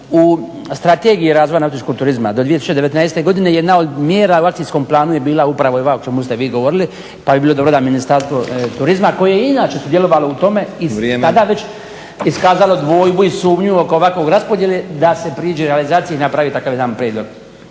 U strategiji razvoja nautičkog turizma do 2019. godine je jedna od mjera u akcijskom planu je bila upravo i ova o čemu ste vi govorili pa bi bilo dobro da Ministarstvo turizma koje je inače sudjelovalo u tome i tada već iskazalo dvojbu i sumnju oko ovakve raspodjele da se priđe realizaciji i napravi takav jedan prijedlog.